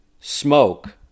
smoke